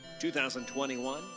2021